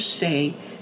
say